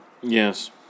Yes